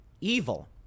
evil